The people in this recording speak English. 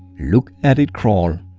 look at it crawl.